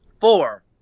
four